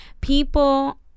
People